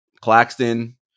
Claxton